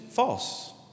False